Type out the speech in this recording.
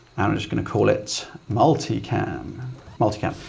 and i'm just going to call it multi-cam, multi-cam.